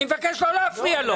אני מבקש לא להפריע לו.